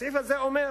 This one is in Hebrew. הוא אומר